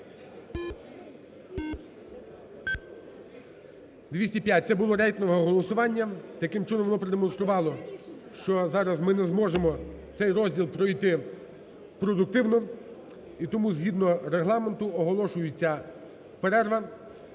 За-205 Це було рейтингове голосування. Таким чином воно продемонструвало, що зараз ми не зможемо цей розділ пройти продуктивно. І тому згідно Регламенту оголошується перерва